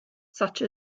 such